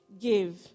give